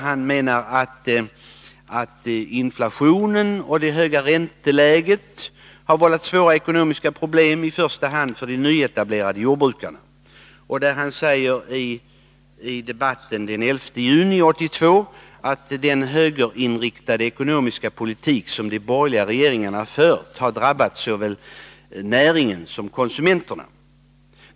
Han menar att inflationen och det höga ränteläget har vållat svåra ekonomiska problem, i första hand för de nyetablerade jordbrukarna. I debatten den 11 juni 1982 sade han att den högerinriktade ekonomiska politik som de borgerliga regeringarna har fört har drabbat såväl näringen som konsumenterna.